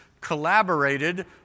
collaborated